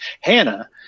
Hannah